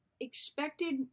expected